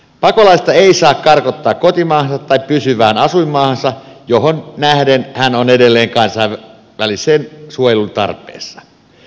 pakolaista ei saa karkottaa kotimaahansa tai pysyvään asuinmaahansa johon nähden hän on edelleen kansainvälisen suojelun tarpeessa